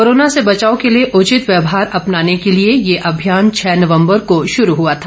corona से बचाव के लिए उचित व्यवहार अपनाने को लिए ये अभियान छः नवम्बर को शुरू हुआ था